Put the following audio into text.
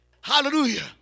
Hallelujah